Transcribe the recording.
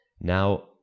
Now